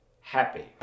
happy